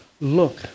look